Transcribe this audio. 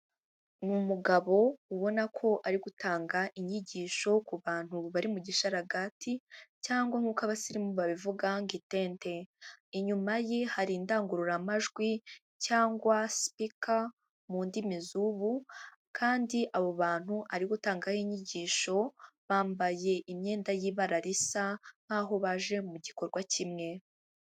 Ni umugabo ubona ko ari gutanga inyigisho ku bantu bari mu gisharagati, cyangwa nk'uko abasirimu babivuga ngo itente, inyuma ye hari indangururamajwi cyangwa sipika mu ndimi z'ubu, kandi abo bantu ari gutangaho inyigisho bambaye imyenda y'ibara risa nk'aho baje mu gikorwa kimwe.